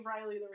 Riley